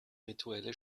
rituelle